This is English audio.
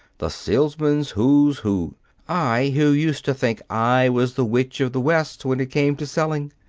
the salesman's who's who' i, who used to think i was the witch of the west when it came to selling!